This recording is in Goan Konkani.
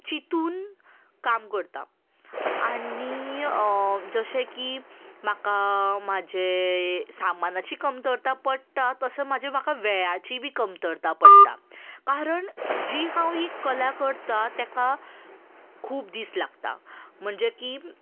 चिंतून काम करता आनी जशें की म्हाका म्हजें सामानाची कमतरता पडटा तशें म्हजें म्हाका वेळाची बी कमतरता पडटा कारण जी हांव ही कला करतां ताका खूब दीस लागता म्हणजे की